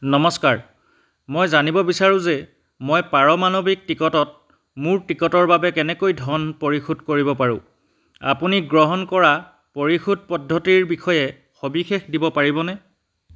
নমস্কাৰ মই জানিব বিচাৰোঁ যে মই পাৰমাণৱিক টিকটত মোৰ টিকটৰ বাবে কেনেকৈ ধন পৰিশোধ কৰিব পাৰোঁ আপুনি গ্ৰহণ কৰা পৰিশোধ পদ্ধতিৰ বিষয়ে সবিশেষ দিব পাৰিবনে